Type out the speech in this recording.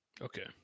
Okay